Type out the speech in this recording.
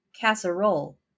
casserole